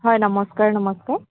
হয় নমস্কাৰ নমস্কাৰ